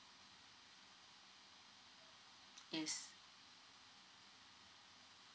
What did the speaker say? yes